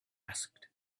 asked